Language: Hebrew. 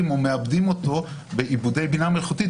או מעבדים אותו בעיבודי בינה מלאכותית,